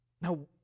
Now